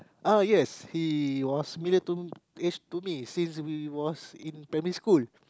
ah yes he was to eh to me since we was in primary school